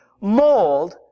mold